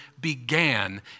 began